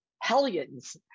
hellions